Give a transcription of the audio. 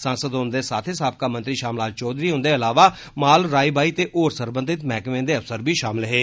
सांसद हुन्दे साथें साबिका मंत्री षाम लाल चौधरी हुन्दे अलावा माल राई बाई ते होर सरबंधत मैह्कमें दे अफसर बी षामिल हे